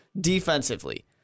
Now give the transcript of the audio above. defensively